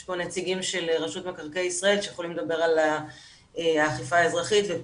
יש פה נציגים של רשות מקרקעי ישראל שיכולים לדבר על האכיפה האזרחית ועל